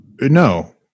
no